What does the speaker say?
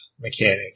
mechanic